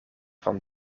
van